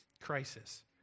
crisis